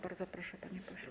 Bardzo proszę, panie pośle.